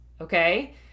okay